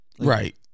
Right